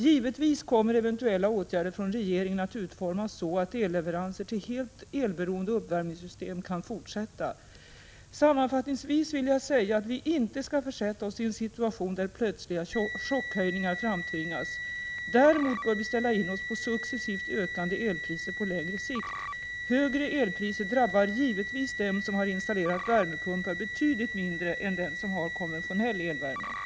Givetvis kommer eventuella åtgärder från regeringen att utformas så, att elleveranser till helt elberoende uppvärmningssystem kan fortsätta. Sammanfattningsvis vill jag säga att vi inte skall försätta oss i en situation där plötsliga chockhöjningar framtvingas. Däremot bör vi ställa in oss på successivt ökande elpriser på längre sikt. Högre elpriser drabbar givetvis dem som har installerat värmepumpar betydligt mindre än dem som har konventionell elvärme.